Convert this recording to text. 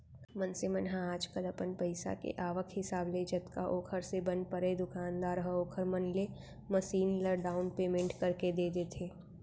मनसे मन ह आजकल अपन पइसा के आवक हिसाब ले जतका ओखर से बन परय दुकानदार ह ओखर मन ले मसीन ल डाउन पैमेंट करके दे देथे